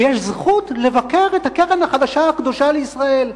ויש זכות לבקר את הקרן החדשה הקדושה לישראל,